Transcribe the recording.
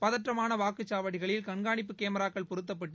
பதற்றமாகவாக்குச்சாவடிகளில் கண்காணிப்பு கேமராக்கள் பொருத்தப்பட்டு